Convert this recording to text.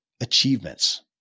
Achievements